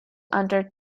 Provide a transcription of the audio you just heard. under